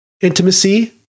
intimacy